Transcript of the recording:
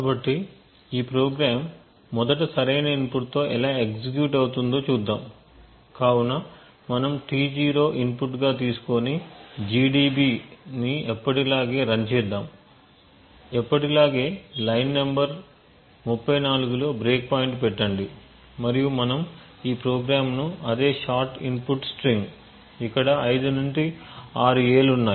కాబట్టి ఈ ప్రోగ్రామ్ మొదట సరైన ఇన్పుట్తో ఎలా ఎగ్జిక్యూట్ అవుతుందో చూద్దాము కాబట్టి మనము T0 ఇన్పుట్ గా తీసుకొని gdb ని ఎప్పటిలాగే రన్ చేద్దాము ఎప్పటిలాగే లైన్ నంబర్ 34 లో బ్రేక్పాయింట్ పెట్టండి మరియు మనము ఈ ప్రోగ్రామ్ను అదే షార్ట్ ఇన్పుట్ స్ట్రింగ్ ఇక్కడ 5 నుండి 6 A లు ఉన్నాయి